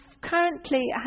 currently